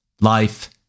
life